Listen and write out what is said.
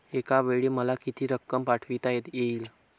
एकावेळी मला किती रक्कम पाठविता येईल?